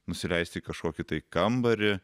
nusileisti į kažkokį tai kambarį